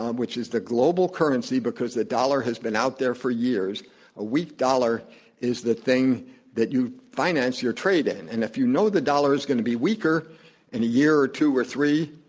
um which is the global currency because the dollar has been out there for years a weak dollar is the thing that you finance your trade in. and if you know the dollar is going to be weaker in a year or two or three,